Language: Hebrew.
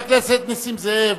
חבר הכנסת נסים זאב,